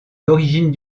l’origine